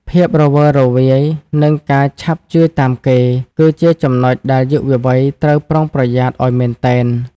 ភាពរវើរវាយ និងការឆាប់ជឿតាមគេ គឺជាចំណុចដែលយុវវ័យត្រូវប្រុងប្រយ័ត្នឱ្យមែនទែន។